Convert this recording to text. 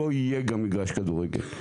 לא יהיה גם מגרש כדורגל.